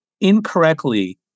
incorrectly